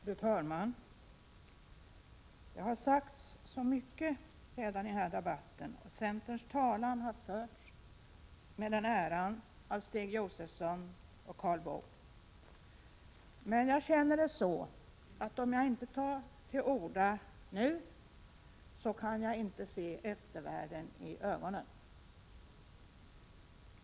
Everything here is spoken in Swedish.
Fru talman! Det har sagts mycket redan i den här debatten. Centerns talan har förts med den äran av Stig Josefson och Karl Boo. Jag känner det dock så att om jag inte tar till orda nu, då kan jag inte se eftervärlden i ögonen.